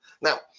Now